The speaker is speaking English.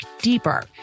deeper